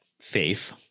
faith